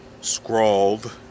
Scrawled